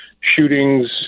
shootings